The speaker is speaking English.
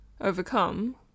overcome